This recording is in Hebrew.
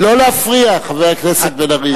לא להפריע, חבר הכנסת בן-ארי.